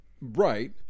Right